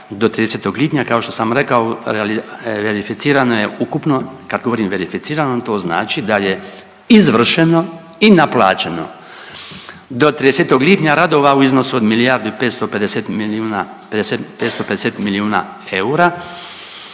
do 30. lipnja kao što sam rekao verificirano je ukupno, kad govorim verificirano to znači da je izvršeno i naplaćeno do 30. lipnja radova u iznosu od milijardu i 550 milijuna eura